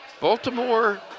Baltimore